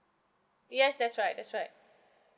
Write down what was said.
yes that's right that's right